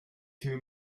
too